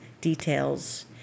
details